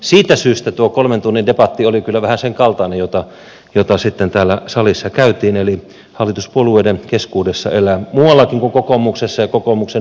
siitä syystä tuo kolmen tunnin debatti jota täällä salissa käytiin oli kyllä vähän sen kaltainen että hallituspuolueiden keskuudessa elää muuallakin kuin kokoomuksessa ja kokoomuksen nuorissa paniikki